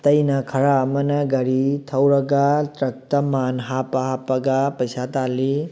ꯑꯇꯩꯅ ꯈꯔ ꯑꯃꯅ ꯒꯥꯔꯤ ꯊꯧꯔꯒ ꯇ꯭ꯔꯛꯇ ꯃꯥꯜ ꯍꯥꯞꯄ ꯍꯥꯞꯄꯒ ꯄꯩꯁꯥ ꯇꯥꯜꯂꯤ